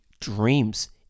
dreams